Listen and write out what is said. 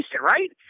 right